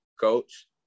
coach